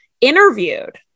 interviewed